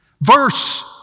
verse